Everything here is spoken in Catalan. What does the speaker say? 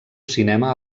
cinema